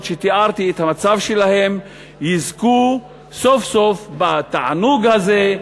שתיארתי את המצב שלהן יזכו סוף-סוף בתענוג הזה,